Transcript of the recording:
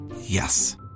Yes